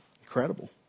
Incredible